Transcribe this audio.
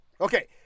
okay